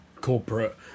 corporate